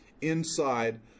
inside